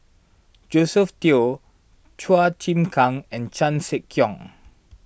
Josephine Teo Chua Chim Kang and Chan Sek Keong